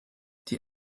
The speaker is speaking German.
die